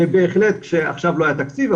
בהחלט שעכשיו לא היה תקציב,